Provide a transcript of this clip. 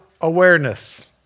awareness